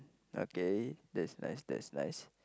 okay that's nice that's nice